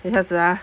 等下子啊